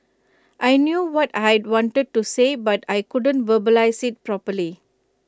I knew what I wanted to say but I couldn't verbalise IT properly